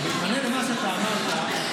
במענה למה שאתה אמרת,